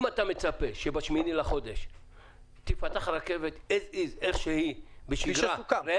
אם אתה מצפה שב-8 בחודש תיפתח הרכבת כפי שהיא בשגרה --- כפי שסוכם.